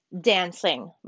dancing